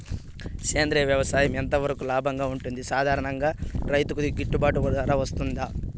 సేంద్రియ వ్యవసాయం ఎంత వరకు లాభంగా ఉంటుంది, సాధారణ రైతుకు గిట్టుబాటు ధర వస్తుందా?